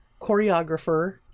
choreographer